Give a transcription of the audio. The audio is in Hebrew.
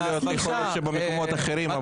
יכול להיות שבמקומות אחרים,